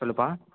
சொல்லுப்பா